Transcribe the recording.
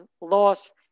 laws